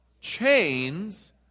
Chains